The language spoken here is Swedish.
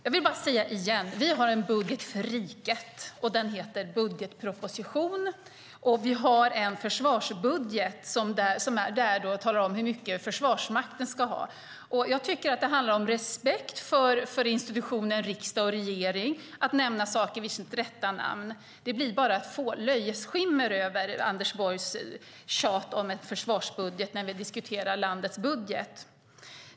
Jag säger det igen: Vi har en budget för riket. Den heter budgetproposition. Vi har en försvarsbudget som talar om hur mycket Försvarsmakten ska ha. Jag tycker att det handlar om respekt för institutionen riksdag och regering att nämna saker vid deras rätta namn. Det blir ett löjets skimmer över Anders Borgs tjat om en försvarsbudget när vi diskuterar landets budget.